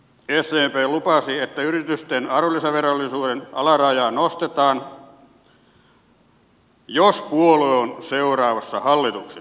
hiljattain sdp lupasi että yritysten arvonlisäverovelvollisuuden alarajaa nostetaan jos puolue on seuraavassa hallituksessa